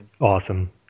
Awesome